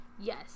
Yes